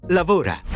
lavora